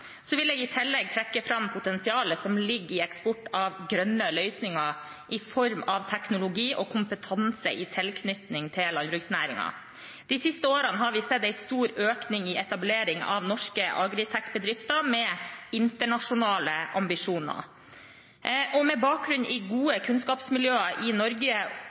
I tillegg vil jeg trekke fram potensialet som ligger i eksport av grønne løsninger i form av teknologi og kompetanse i tilknytning til landbruksnæringen. De siste årene har vi sett en stor økning i etablering av norske agritechbedrifter med internasjonale ambisjoner. Med bakgrunn i gode kunnskapsmiljøer i Norge